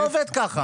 זה לא עובד ככה.